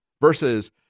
versus